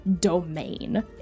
domain